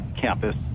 campus